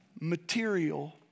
material